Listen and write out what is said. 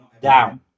down